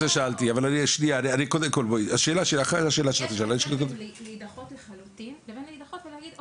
יש הבדל בין להידחות לחלוטין לבין להידחות ולהגיד,